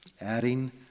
adding